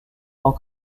tant